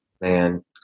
man